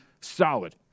solid